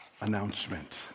announcement